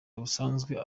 busanzwe